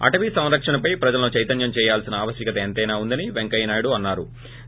అటవీ సంరకణపై ప్రజలను చైత్వన్యం చేయాల్సిన ఆవశ్వకత ఎంతైనా ఉందని పెంకయ్య నాయుడు అన్నారు